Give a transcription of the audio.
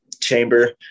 chamber